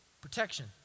Protection